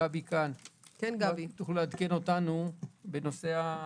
האם תוכלו לעדכן אותנו בנושא התחבורה?